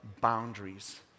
boundaries